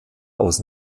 aus